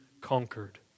conquered